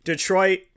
Detroit